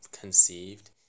conceived